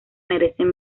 merecen